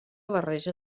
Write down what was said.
barreja